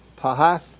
Pahath